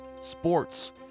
sports